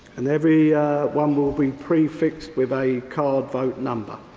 and every one will be pre-fixed with a card vote number.